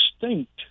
distinct